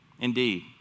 Indeed